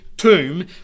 Tomb